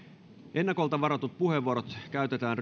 ennakolta varatut puheenvuorot käytetään